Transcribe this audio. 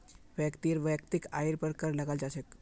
व्यक्तिर वैयक्तिक आइर पर कर लगाल जा छेक